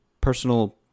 personal